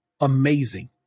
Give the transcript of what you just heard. Amazing